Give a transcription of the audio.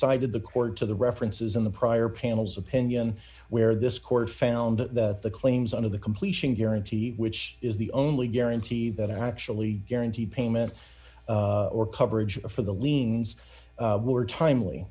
cited the court to the references in the prior panels opinion where this court found that the claims on of the completion guarantee which is the only guarantee that actually guarantee payment or coverage for the liens were timely